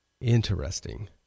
Interesting